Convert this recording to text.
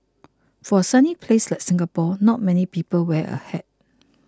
for a sunny place like Singapore not many people wear a hat